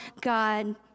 God